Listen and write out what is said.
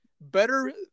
Better